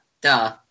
duh